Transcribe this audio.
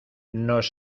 nos